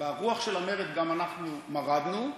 ברוח של המרד גם אנחנו מרדנו,